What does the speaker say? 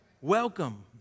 Welcome